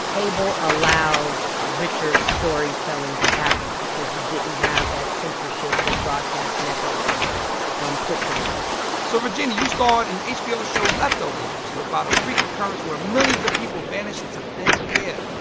cable allowed richer storytelling to happen because you didn't have that censorship that broadcast network um puts on you so regina, you starred in hbo's show leftovers, which is about a freak occurrence where millions of people vanish into thin air.